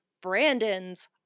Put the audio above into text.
Brandon's